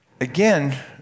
again